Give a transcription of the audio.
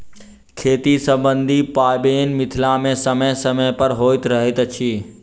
खेती सम्बन्धी पाबैन मिथिला मे समय समय पर होइत रहैत अछि